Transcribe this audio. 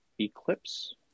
eclipse